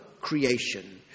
creation